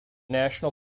national